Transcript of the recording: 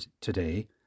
today